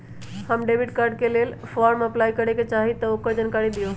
हम debit card के लेल फॉर्म अपलाई करे के चाहीं ल ओकर जानकारी दीउ?